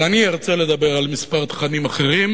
אבל אני ארצה לדבר על מספר תכנים אחרים,